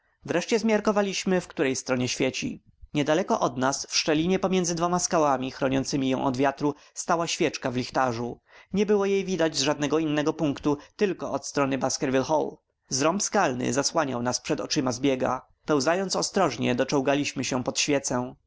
wreszcie zmiarkowaliśmy w której stronie świeci niedaleko od nas w szczelinie pomiędzy dwiema skałami chroniącemi ją od wiatru stała świeczka w lichtarzu nie było jej widać z żadnego innego punktu tylko od strony baskerville hall zrąb skalny zasłaniał nas przed oczyma zbiega pełzając ostrożnie doczołgaliśmy się pod świecę